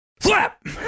Flap